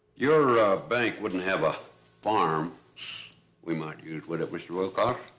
your bank wouldn't have a farm we might use, would it, mr. wilcox?